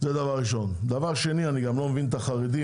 דבר שני, אני גם לא מבין את החרדים,